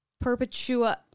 Perpetua